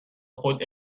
خود